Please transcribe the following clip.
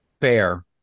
Fair